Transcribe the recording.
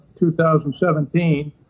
2017